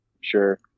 sure